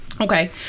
Okay